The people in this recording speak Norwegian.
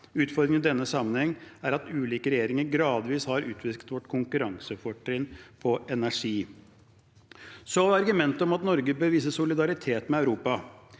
Utfordringen i denne sammenheng er at ulike regjeringer gradvis har utvisket vårt konkurransefortrinn på energi. Så til argumentet om at Norge bør vise solidaritet med Europa.